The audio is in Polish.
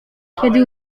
kiedy